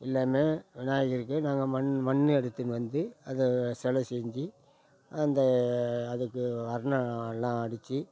எல்லாமே விநாயகருக்கு நாங்கள் மண் மண் எடுத்துன்னு வந்து அதை சிலை செஞ்சு அந்த அதுக்கு அர்னா எல்லாம் அடித்து